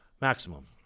maximum